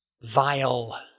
vile